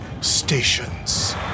stations